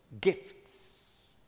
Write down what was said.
gifts